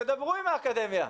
תדברו עם האקדמיה.